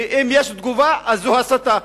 ואם יש תגובה, זאת הסתה.